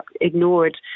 ignored